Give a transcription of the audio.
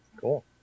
Cool